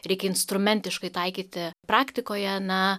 reikia instrumentiškai taikyti praktikoje na